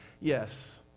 Yes